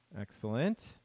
excellent